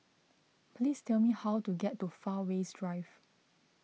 please tell me how to get to Fairways Drive